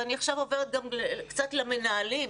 ואני עכשיו עוברת גם קצת למנהלים,